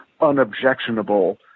unobjectionable